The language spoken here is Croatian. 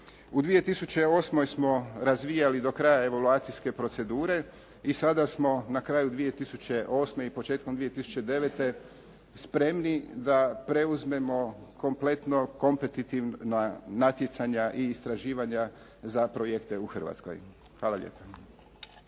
U 2008. smo razvijali do kraja evaluacijske procedure i sada smo na kraju 2008. i početkom 2009. spremni da preuzmemo kompletno kompetitivna natjecanja i istraživanja za projekte u Hrvatskoj. Hvala lijepo.